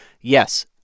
yes